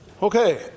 Okay